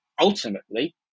Ultimately